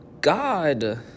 God